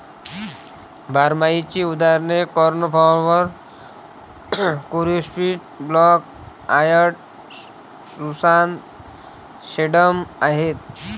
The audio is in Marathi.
बारमाहीची उदाहरणे cornflower, coreopsis, black eyed Susan, sedum आहेत